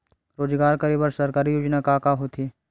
रोजगार करे बर सरकारी योजना का का होथे?